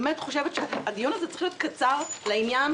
הדיון הזה צריך להיות קצר, לעניין.